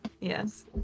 Yes